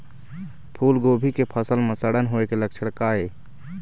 फूलगोभी के फसल म सड़न होय के लक्षण का ये?